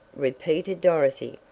repeated dorothy,